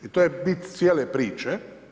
I to je bit cijele priče.